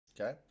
Okay